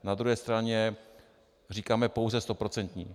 Na druhé straně říkáme pouze stoprocentní.